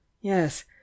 yes